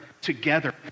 together